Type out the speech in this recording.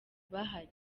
bahari